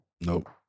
nope